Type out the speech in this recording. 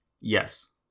Yes